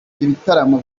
ibitaramo